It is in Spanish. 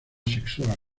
sexual